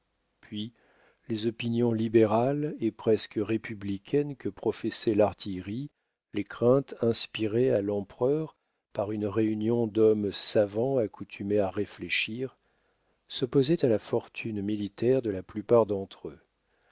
puis les opinions libérales et presque républicaines que professait l'artillerie les craintes inspirées à l'empereur par une réunion d'hommes savants accoutumés à réfléchir s'opposaient à la fortune militaire de la plupart d'entre eux